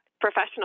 professional